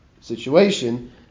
situation